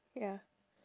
ya